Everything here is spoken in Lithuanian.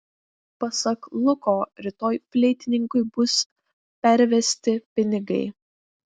pasak luko rytoj fleitininkui bus pervesti pinigai